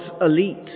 elite